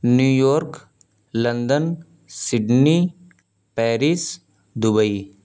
New York London Sydney Paris Dubai